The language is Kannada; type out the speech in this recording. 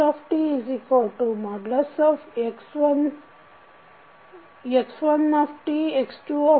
xtAxtBu ಇಲ್ಲಿ xtಸ್ಥಿತಿ ವೆಕ್ಟರ್ xtx1 x2